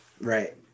Right